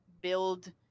build